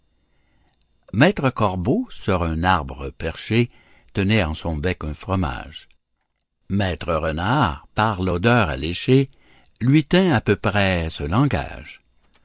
maître corbeau sur un arbre perché tenait en son bec un fromage maître renard par l'odeur alléché lui tint à peu près ce langage